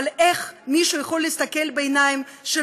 אבל איך מישהו יכול להסתכל בעיניים של